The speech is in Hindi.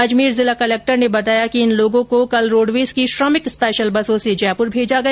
अजमेर जिला कलक्टर विश्वमोहन शर्मा ने बताया कि इन लोगों को कल रोडवेज की श्रमिक स्पेशल बसों से जयपुर भेजा गया